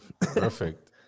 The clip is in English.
Perfect